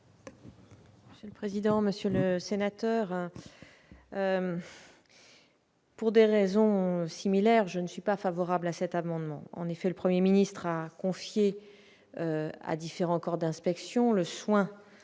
Le président, monsieur le sénateur. Pour des raisons similaires, je ne suis pas favorable à cet amendement en effet le 1er ministre a confié à différents corps d'inspection, le soin de recenser les